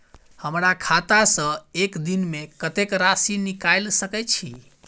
हमरा खाता सऽ एक दिन मे कतेक राशि निकाइल सकै छी